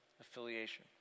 affiliation